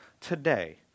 today